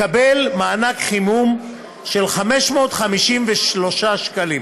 מקבלות מענק חימום של 553 שקלים,